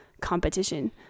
competition